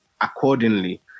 accordingly